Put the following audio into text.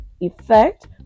effect